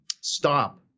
stop